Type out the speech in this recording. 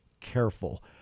careful